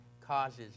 causes